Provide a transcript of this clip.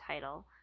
title